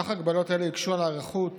כך, הגבלות אלה הקשו על ההיערכות